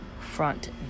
Front